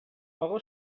آقا